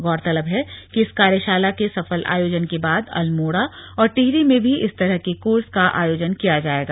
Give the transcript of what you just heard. गौरतलब है कि इस कार्यशाला के सफल आयोजन के बाद अल्मोड़ा और टिहरी में भी इस तरह के कोर्सों का आयोजन किया जाएगा